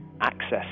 access